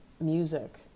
music